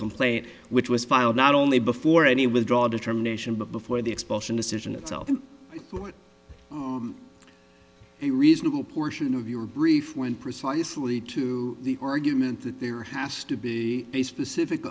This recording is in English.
complaint which was filed not only before any withdraw determination but before the expulsion decision itself a reasonable portion of your brief when precisely to the argument that there has to be a specific